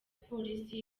polisi